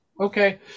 Okay